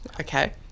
Okay